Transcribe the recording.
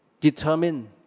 determine